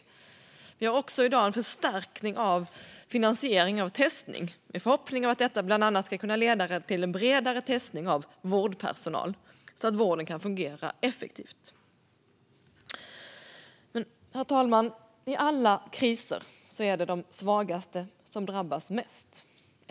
Det sker i dag också en förstärkning av finansieringen av testning med förhoppningen om att detta bland annat ska kunna leda till en bredare testning av vårdpersonal, så att vården kan fungera effektivt. Herr talman! I alla kriser är det de svagaste som drabbas mest.